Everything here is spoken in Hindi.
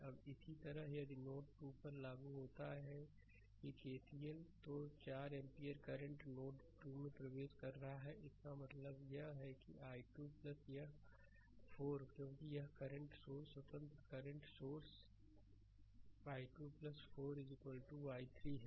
अब इसी तरह यदि नोड 2 पर लागू होता है कि केसीएल तो यह 4 एम्पीयर करंट नोड 2 में प्रवेश कर रहा है इसका मतलब है यह i 2 यह 4 क्योंकि यह एक करंट सोर्स स्वतंत्र करंट सोर्स i 2 4 i3 है